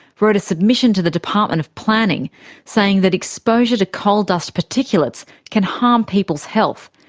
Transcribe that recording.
wrote a submission to the department of planning saying that exposure to coal dust particulates can harm people's health,